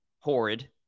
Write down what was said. horrid